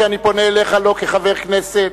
שאני פונה אליך לא כחבר הכנסת,